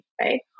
right